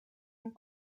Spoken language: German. und